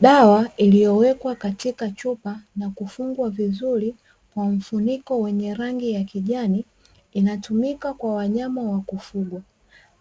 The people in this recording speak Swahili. Dawa iliyowekwa katika chupa na kufungwa vizuri kwa mfuniko wenye rangi ya kijani, inatumika kwa wanyama wa kufugwa.